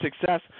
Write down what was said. success